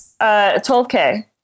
12K